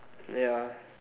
ya